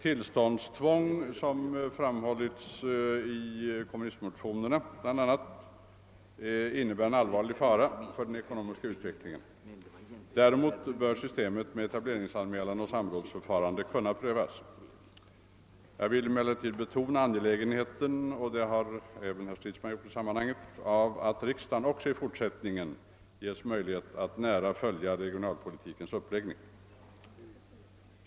Tillståndstvång — som bl.a. förordas i vänsterpartiet kommunisternas motion — innebär en allvai'lig fara för den ekonomiska utvecklingen. Däremot bör systemet med etableringsanmälan och samrådsförfarande kunna prövas. Jag vill emellertid betona angelägenheten av — och det har även herr Stridsman gjort i sammanhanget— att även riksdagen i fortsättningen får möjlighet att nära följa regionalpolitikens uppläggning.